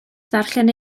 ddarllen